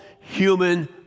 human